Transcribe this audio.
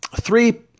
Three